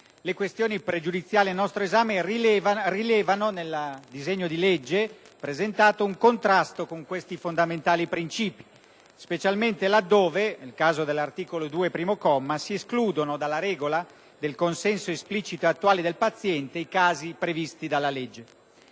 Le questioni pregiudiziali al nostro esame rilevano, nel disegno di legge presentato, un contrasto con tali fondamentali principi, specialmente laddove - è il caso dell'articolo 2, comma 1 - si escludono dalla regola del consenso esplicito ed attuale del paziente «i casi previsti dalla legge».